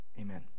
amen